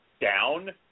down